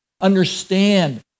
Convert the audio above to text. understand